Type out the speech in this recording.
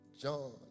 John